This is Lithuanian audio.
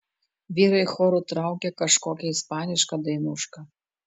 vyrai choru traukė kažkokią ispanišką dainušką